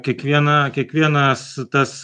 kiekviena kiekvienas tas